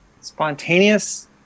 spontaneous